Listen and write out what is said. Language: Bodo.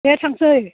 दे थांनोसै